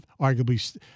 arguably –